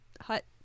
hut